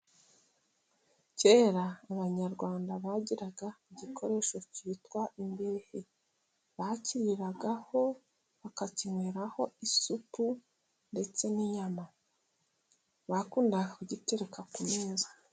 Kera abanyarwanda bagiraga igikoresho cyitwa imbehe, bakiriragaho, bakakinyweraho isupu, ndetse n'inyama. Bakundaga kugitereka ku meza.